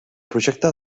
projecte